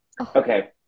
okay